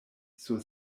sur